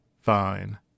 fine